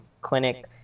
clinic